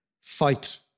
fight